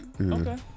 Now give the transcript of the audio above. okay